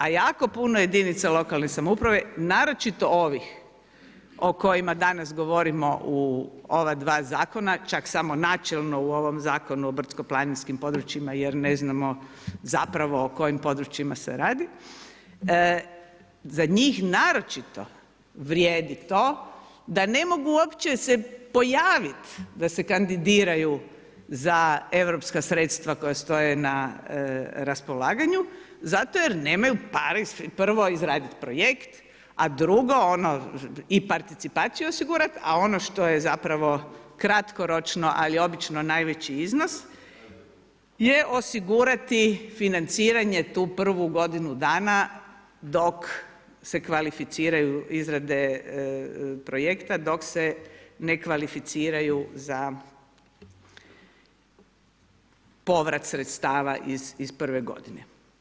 A jako puno jedinica lokalne samouprave naročito ovih o kojima danas govorimo u ova dva zakona, čak samo načelno u ovom Zakonu o brdsko-planinskim područjima jer ne znamo zapravo o kojim područjima se radi za njih naročito vrijedi to da ne mogu uopće se pojaviti da se kandidiraju za europska sredstva koja stoje na raspolaganju zato jer nemaju pare prvo izraditi projekt a drugo ono i participaciju osigurati a ono što je zapravo kratkoročno ali obično najveći iznos je osigurati financiranje tu prvu godinu dana dok se kvalificiraju izrade projekta dok se ne kvalificiraju za povrat sredstava iz prve godine.